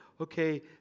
okay